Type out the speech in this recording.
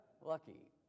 Lucky